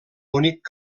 bonic